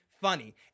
funny